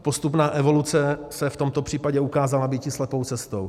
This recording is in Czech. Postupná evoluce se v tomto případě ukázala býti slepou cestou.